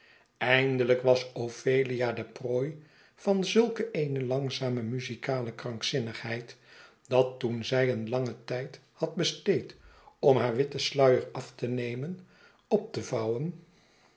eindelijk was ophelia de prooi van zulke eene langzame muzikale krankzinnigheid dat toen zij een la'ngen tijd had besteed om haar witten sluier af te nemen op te vouwen